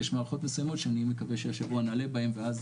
יש מערכות מסיימות שאני מקווה שהשבוע נעלה בהן ואז